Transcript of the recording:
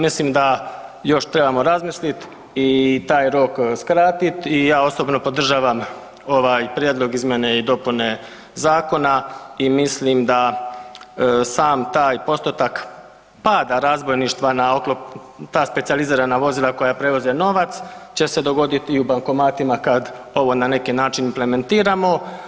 Mislim da još trebamo razmislit i taj rok skratiti i ja osobno podržavam ovaj prijedlog izmjene i dopune Zakona i mislim da sam taj postotak pada razbojništva na oklopna ta specijalizirana vozila koja prevoze novac će se dogoditi i u bankomatima kad ovo na neki način implementiramo.